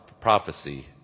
prophecy